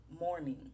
Morning